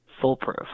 foolproof